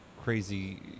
crazy